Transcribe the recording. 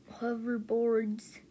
hoverboards